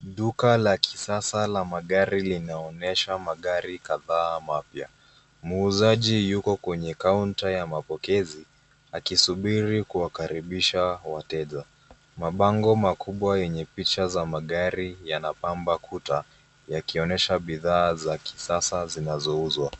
Duka la kisasa la magari linaonyesha magari kadhaa mapya. Muuzaji yuko kwenye counter ya mapokezi akisubiri kuwakaribisha wateja. Mabango makubwa yenye picha za magari yanapamba kuta, yakionyesha bidhaa za kisasa zinazouzwa.